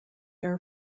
air